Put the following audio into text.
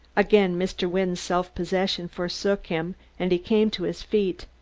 again mr. wynne's self-possession forsook him, and he came to his feet,